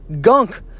gunk